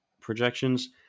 projections